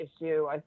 issue